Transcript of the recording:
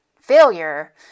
failure